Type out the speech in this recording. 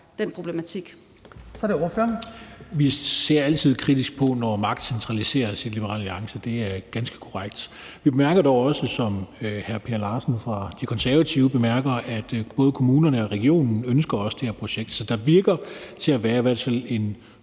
Vi ser i Liberal Alliance altid kritisk på det, når magt centraliseres. Det er ganske korrekt. Vi bemærker dog også, ligesom hr. Per Larsen fra De Konservative bemærker, at både kommunerne og regionen også ønsker det her projekt. Så der lader til at være i hvert fald en